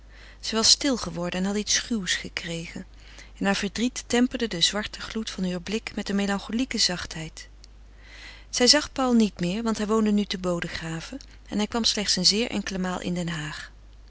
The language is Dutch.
was stil geworden en had iets schuws gekregen en haar verdriet temperde den zwarten gloed van heur blik met een melancholieke zachtheid zij zag paul niet meer want hij woonde nu te bodegraven en hij kwam slechts een zeer enkele maal in den haag